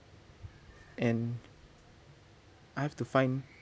and I have to find